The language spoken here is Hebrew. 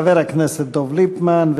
חבר הכנסת דב ליפמן,